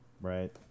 Right